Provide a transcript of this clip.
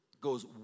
goes